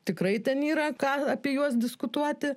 tikrai ten yra ką apie juos diskutuoti